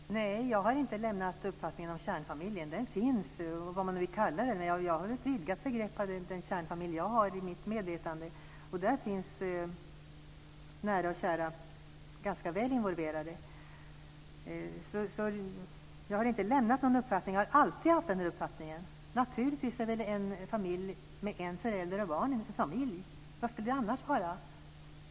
Fru talman! Nej, jag har inte lämnat uppfattningen om kärnfamiljen. Den finns, vad man nu vill kalla den. Jag har vidgat begreppet för den kärnfamilj jag har i mitt medvetande. Där finns nära och kära ganska väl involverade. Jag har inte lämnat någon uppfattning, jag har alltid haft den uppfattningen. Naturligtvis är en familj med en förälder och barn en familj. Vad skulle det annars vara?